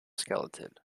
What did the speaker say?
skeleton